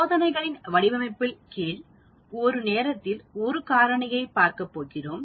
சோதனைகளின் வடிவமைப்பின் கீழ் ஒரு நேரத்தில் ஒரு காரணியைப் பார்க்கப் போகிறோம்